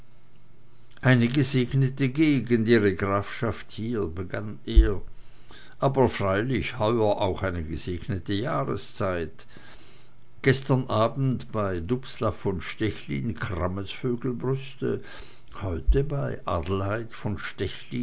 eine gesegnete gegend ihre grafschaft hier begann er aber freilich heuer auch eine gesegnete jahreszeit gestern abend bei dubslav von stechlin krammetsvögelbrüste heute bei adelheid von